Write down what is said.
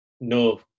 no